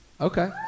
Okay